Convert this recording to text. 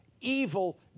evil